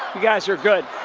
guys are good.